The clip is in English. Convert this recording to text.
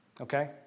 okay